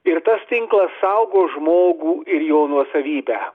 ir tas tinklas saugo žmogų ir jo nuosavybę